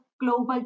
global